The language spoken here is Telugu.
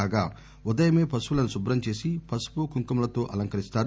కాగా ఉదయమే ప పశువులను శుభ్రం చేసి పసుపు కుంకుమలతో అలంకరిస్తారు